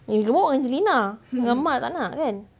yang gemuk angelina dengan mak tak nak kan